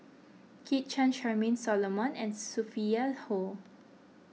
Kit Chan Charmaine Solomon and Sophia Hull